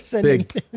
big